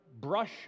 brush